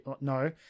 No